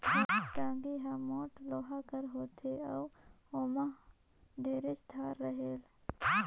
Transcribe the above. टागी हर मोट लोहा कर होथे अउ ओमहा ढेरेच धार रहेल